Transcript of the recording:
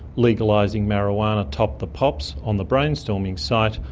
legalising marijuana topped the pops on the brainstorming site,